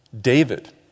David